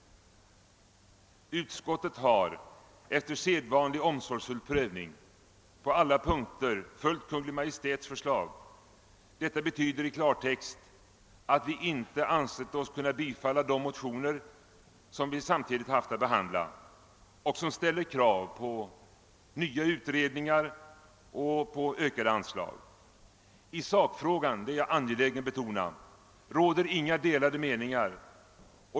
Utskottet har, efter sedvanlig omsorgsfull prövning, på alla punkter följt Kungl. Maj:ts förslag. Detta betyder i klartext att vi inte ansett oss kunna biträda de motioner som vi samtidigt haft att behandla och i vilka ställs krav på nya utredningar och på ökade anslag. I sakfrågan råder — det är jag angelägen om att betona — inga delade meningar.